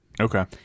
Okay